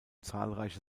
zahlreiche